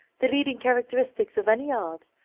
the leading characteristics of any art,